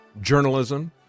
journalism